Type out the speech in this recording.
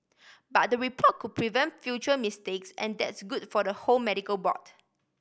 but the report could prevent future mistakes and that's good for the whole medical board